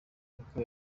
kuko